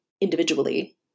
individually